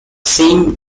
same